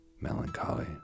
melancholy